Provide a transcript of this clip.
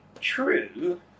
True